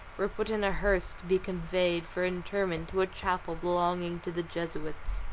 were put in a hearse, to be conveyed for interment to a chapel belonging to the jesuits,